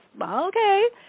okay